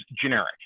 generic